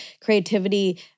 creativity